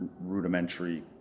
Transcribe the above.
rudimentary